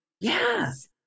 Yes